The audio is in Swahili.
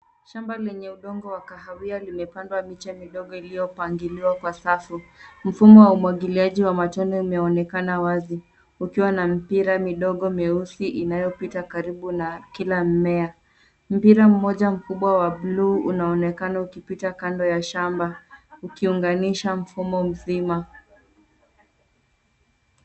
Shamba lenye udongo wa kahawia limepandwa miche kidogo iliyopangiliwa kwa safu. Mfumo wa umwangiliaji wa matone umeonekana wazi, ukiwa na mipira midogo myeusi inayopita karibu na kila mmea. Mpira mmoja mkubwa wa bluu unaonekana ukipita kando ya shamba, ukiunganisha mfumo mzima.